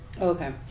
Okay